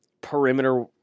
perimeter